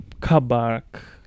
Kabak